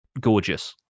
gorgeous